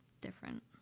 different